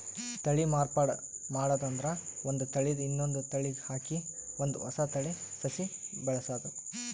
ತಳಿ ಮಾರ್ಪಾಡ್ ಮಾಡದ್ ಅಂದ್ರ ಒಂದ್ ತಳಿದ್ ಇನ್ನೊಂದ್ ತಳಿಗ್ ಹಾಕಿ ಒಂದ್ ಹೊಸ ತಳಿ ಸಸಿ ಬೆಳಸದು